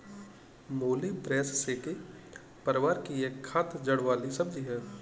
मूली ब्रैसिसेकी परिवार की एक खाद्य जड़ वाली सब्जी है